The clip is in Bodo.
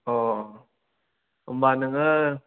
अ होनबा नोङो